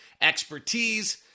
expertise